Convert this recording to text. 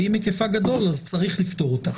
ואם היקפה גדול - צריך לפתור אותה.